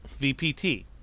vpt